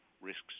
risks